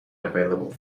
available